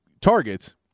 targets